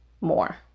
more